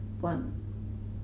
one